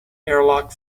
airlock